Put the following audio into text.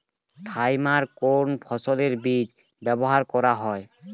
Thiram কোন ফসলের বীজে ব্যবহার করা হয়?